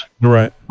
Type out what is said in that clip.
Right